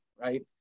right